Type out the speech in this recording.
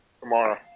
tomorrow